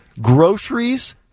groceries